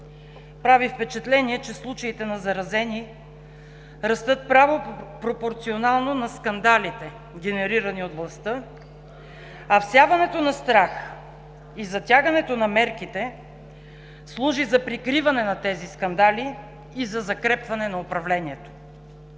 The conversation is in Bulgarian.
Прави впечатление, че случаите на заразени растат право пропорционално на скандалите, генерирани от властта, а всяването на страх и затягането на мерките служи за прикриване на тези скандали и за закрепване на управлението.